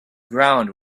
ground